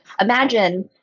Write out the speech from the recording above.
imagine